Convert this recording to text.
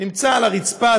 זרוק על הרצפה,